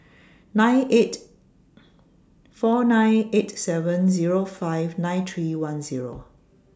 nine eight four nine eight seven Zero five nine three one Zero